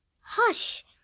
Hush